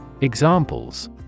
Examples